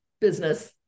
business